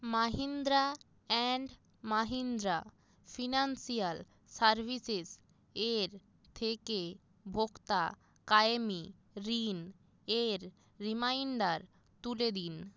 Mahindra and Mahindra financial services এর থেকে ভোক্তা কায়েমী ঋণ এর রিমাইন্ডার তুলে দিন